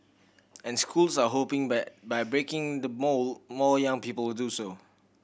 and schools are hoping that by breaking the mould more young people do so